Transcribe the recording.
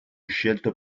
scelto